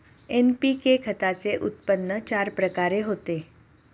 NPK खताचे उत्पन्न चार प्रकारे होते